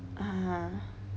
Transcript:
(uh huh)